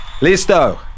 Listo